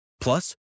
Plus